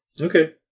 Okay